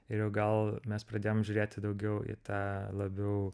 ir jau gal mes pradėjom žiūrėti daugiau į tą labiau